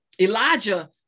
Elijah